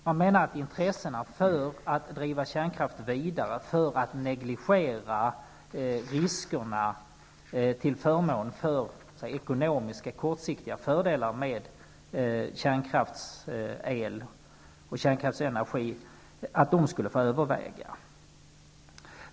Man menade att intressena för att driva kärnkraften vidare, dvs. för att negligera riskerna, till förmån för ekonomiska kortsiktiga fördelar med kärnkraftsel och kärnkraftsenergi skulle få överväga.